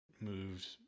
moved